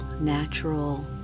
natural